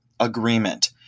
agreement